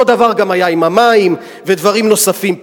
אותו דבר גם היה עם המים ודברים נוספים.